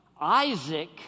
Isaac